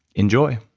enjoy